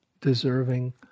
deserving